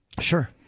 Sure